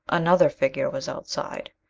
another figure was outside!